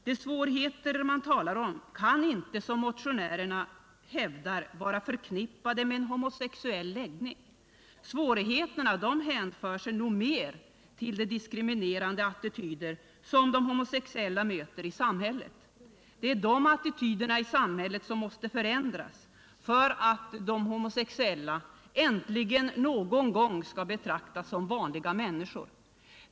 De svårigheter man talar om kan inte, som motionärerna hävdar, vara förknippade med en homosexuell läggning. Svårigheterna hänför sig nog mer till de diskriminerande attityder som de homosexuella möter i samhället. Det är attityderna i samhället som måste förändras för att de homosexuella äntligen någon gång skall betraktas som vanliga människor.